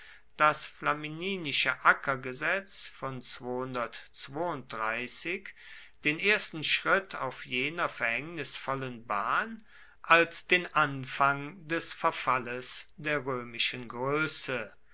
das flaminische ackergesetz von den ersten schritt auf jener verhängnisvollen bahn als den anfang des verfalles der römischen größe